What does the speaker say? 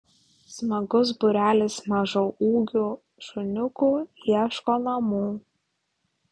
smagus būrelis mažaūgių šuniukų ieško namų